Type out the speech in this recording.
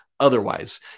Otherwise